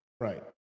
Right